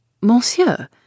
Monsieur